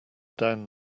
down